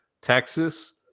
Texas